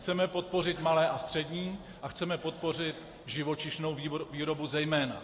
Chceme podpořit malé a střední a chceme podpořit živočišnou výrobu zejména.